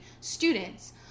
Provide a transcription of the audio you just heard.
students